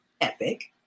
epic